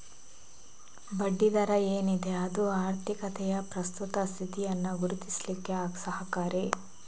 ಬಡ್ಡಿ ದರ ಏನಿದೆ ಅದು ಆರ್ಥಿಕತೆಯ ಪ್ರಸ್ತುತ ಸ್ಥಿತಿಯನ್ನ ಗುರುತಿಸ್ಲಿಕ್ಕೆ ಸಹಕಾರಿ